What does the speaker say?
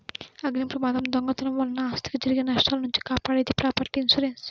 అగ్నిప్రమాదం, దొంగతనం వలన ఆస్తికి జరిగే నష్టాల నుంచి కాపాడేది ప్రాపర్టీ ఇన్సూరెన్స్